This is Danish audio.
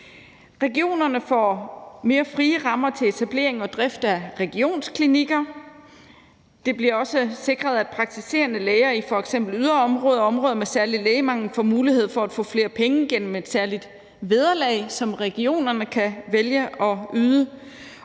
Regionerne får mere frie rammer til etablering og drift af regionsklinikker. Det bliver også sikret, at praktiserende læger i f.eks. yderområder og områder med særlig lægemangel får mulighed for at få flere penge gennem et særligt vederlag, som regionerne kan vælge at yde.